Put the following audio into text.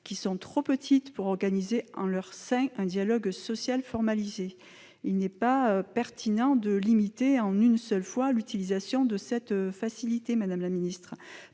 qui sont trop petites pour organiser en leur sein un dialogue social formalisé, il n'est pas pertinent de limiter à une seule fois l'utilisation de cette facilité. Par ailleurs,